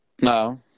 No